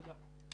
תודה.